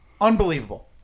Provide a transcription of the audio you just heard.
Unbelievable